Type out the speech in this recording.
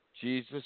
Jesus